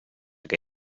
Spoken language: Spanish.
que